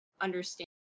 understand